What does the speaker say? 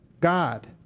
God